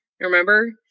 remember